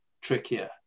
trickier